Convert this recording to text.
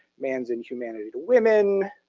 man's inhumanity to women,